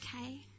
Okay